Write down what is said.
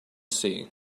see